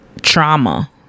trauma